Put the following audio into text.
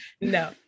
no